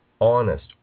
honest